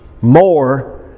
more